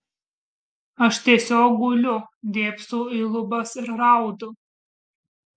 aš tiesiog guliu dėbsau į lubas ir raudu